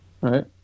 right